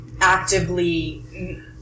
actively